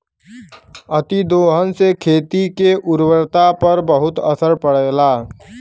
अतिदोहन से खेती के उर्वरता पर बहुत असर पड़ेला